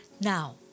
now